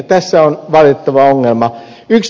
tässä on valitettava ongelma